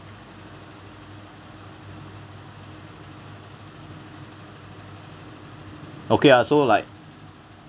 okay ah so like